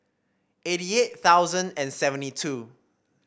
eighty eight thousand and seventy two